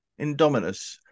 Indominus